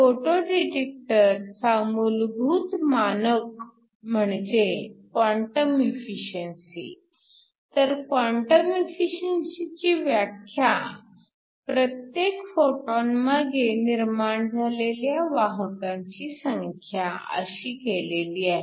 photo detector चा मूलभूत मानक म्हणजे क्वांटम एफिशिअन्सी तर क्वांटम एफिशिअन्सीची व्याख्या प्रत्येक फोटॉन मागे निर्माण झालेल्या वाहकांची संख्या अशी केलेली आहे